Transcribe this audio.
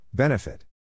Benefit